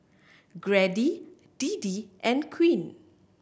Grady Deedee and Queen